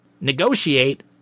Negotiate